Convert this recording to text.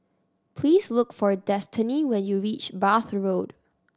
please look for Destany when you reach Bath Road